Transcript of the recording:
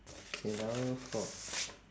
okay now four